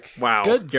Wow